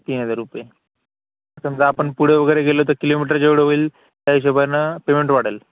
तीन हजार रुपये समजा आपण पुढं वगैरे गेलो तर किलोमीटर जेवढं होईल त्या हिशोबानं पेमेंट वाढेल